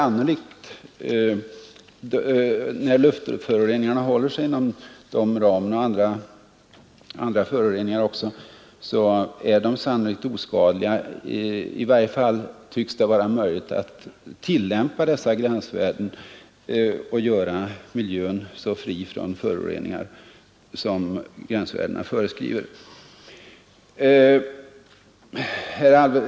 När luftföroreningarna och även andra föroreningar håller sig inom de ramarna är de sannolikt oskadliga. I varje fall tycks det vara möjligt att praktiskt tillämpa dessa gränsvärden och göra miljön så fri från föroreningar som gränsvärdena föreskriver.